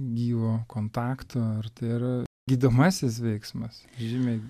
gyvo kontakto ir tai yra gydomasis veiksmas žymiai